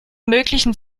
möglichen